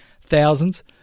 thousands